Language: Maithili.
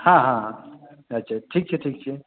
हँ हँ अच्छा ठीक छै ठीक छै